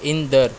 ईंदड़ु